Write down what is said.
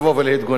תודה רבה, אדוני.